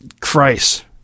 Christ